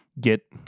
get